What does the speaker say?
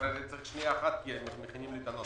אבל אני צריך עוד רגע כי מכינים לי את הנוסח.